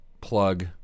Plug